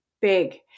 big